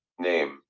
Name